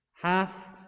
hath